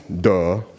duh